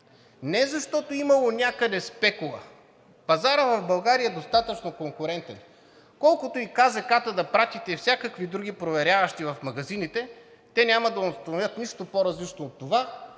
Не защото имало някъде спекула. Пазарът в България е достатъчно конкурентен. Колкото и КЗК-та да пратите и всякакви други проверяващи в магазините, те няма да установят нищо по-различно от това,